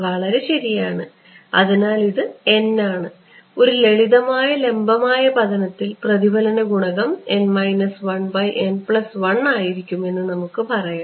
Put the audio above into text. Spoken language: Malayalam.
വളരെ ശരിയാണ് അതിനാൽ ഇത് n ആണ് ഒരു ലളിതമായ ലംബമായ പതനത്തിൽ പ്രതിഫലന ഗുണകം ആയിരിക്കുമെന്ന് നമുക്ക് പറയാം